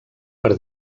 per